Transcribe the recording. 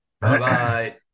Bye-bye